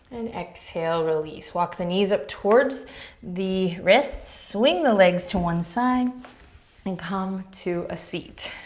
and exhale, release. walk the knees up towards the wrists. swing the legs to one side and come to a seat.